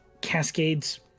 cascades